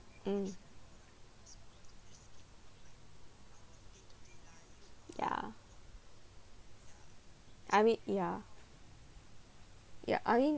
mm ya I mean ya ya I mean